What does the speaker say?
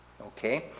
okay